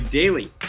daily